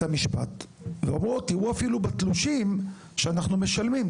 המשפט ואומרות תראו אפילו בתלושים שאנחנו משלמים,